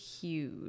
huge